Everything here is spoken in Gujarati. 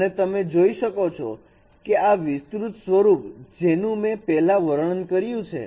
અને તમે જોઈ શકો છો કે આ વિસ્તૃત સ્વરૂપ જેનું મેં પહેલા વર્ણન કર્યું છે